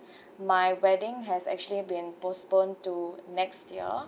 my wedding has actually been postponed to next year